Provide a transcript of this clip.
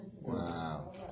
Wow